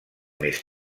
més